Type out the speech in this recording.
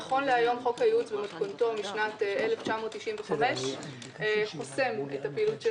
נכון להיום חוק הייעוץ במתכונתו משנת 1995 חוסם את הפעילות של